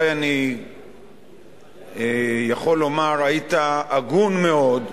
אני יכול לומר שהיית הגון מאוד ואמרת: